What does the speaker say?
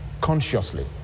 consciously